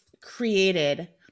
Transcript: created